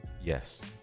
yes